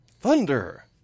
Thunder